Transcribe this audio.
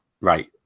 right